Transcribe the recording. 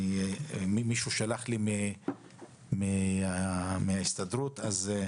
מישהו מן ההסתדרות שלח לי את הידיעה.